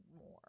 more